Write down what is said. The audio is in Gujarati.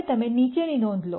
હવે તમે નીચેની નોંધ લો